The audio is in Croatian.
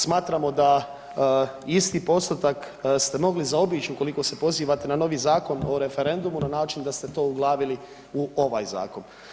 Smatramo da isti postotak ste mogli zaobići ukoliko se pozivate na novi Zakon o referendumu na način da ste to uglavili u ovaj zakon.